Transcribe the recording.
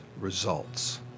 results